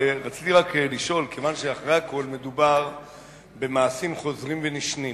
רציתי רק לשאול: כיוון שאחרי הכול מדובר במעשים חוזרים ונשנים,